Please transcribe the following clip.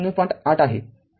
८ आहे